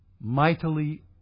mightily